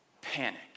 panic